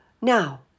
Now